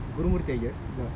then he ask me to